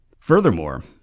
Furthermore